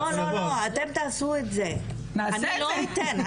לא לא לא, אתם תעשו את זה, אני לא אתן.